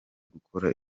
gukora